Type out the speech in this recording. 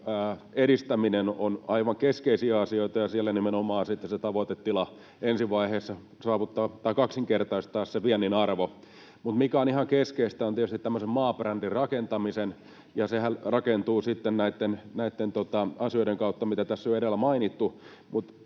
edistäminen on aivan keskeisiä asioita ja siellä nimenomaan sitten se tavoitetila ensi vaiheessa kaksinkertaistaa se viennin arvo. Mutta mikä on ihan keskeistä, on tietysti tämmöisen maabrändin rakentaminen, ja se rakentuu sitten näitten asioiden kautta, mitkä tässä on jo edellä mainittu.